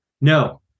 No